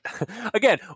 again